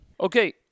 Okay